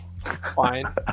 fine